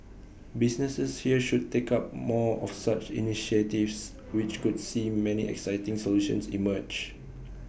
businesses here should take up more of such initiatives which could see many exciting solutions emerge